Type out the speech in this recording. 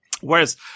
Whereas